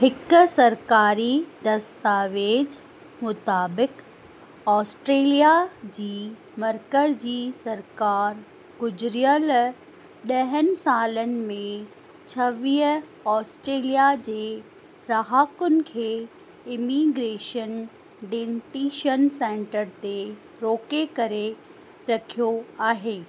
हिकु सरकारी दस्तावेज़ मुताबिक़ु ऑस्ट्रेलिया जी मर्कज़ी सरकार गुज़रियल ॾहनि सालनि में छवीह ऑस्ट्रेलिया जे ग्राहकनि खे इमीग्रेशन डेंटिशियन सैंटर ते रोके करे रखियो आहे